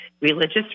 religious